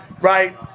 right